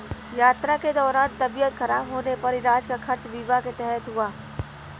यात्रा के दौरान तबियत खराब होने पर इलाज का खर्च बीमा के तहत हुआ